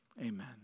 amen